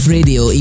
Radio